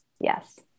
yes